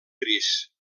gris